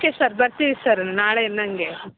okay sir ಬರ್ತೀವಿ sir ನಾಳೆ ಇನ್ನಂಗೆ